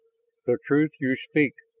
the truth you speak,